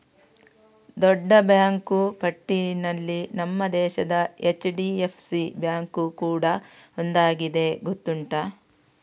ದೊಡ್ಡ ಬ್ಯಾಂಕು ಪಟ್ಟಿನಲ್ಲಿ ನಮ್ಮ ದೇಶದ ಎಚ್.ಡಿ.ಎಫ್.ಸಿ ಬ್ಯಾಂಕು ಕೂಡಾ ಒಂದಾಗಿದೆ ಗೊತ್ತುಂಟಾ